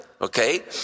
okay